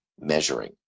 measuring